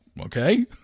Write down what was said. Okay